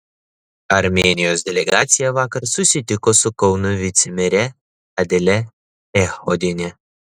armėnijos delegacija vakar susitiko su kauno vicemere adele echodiene